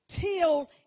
till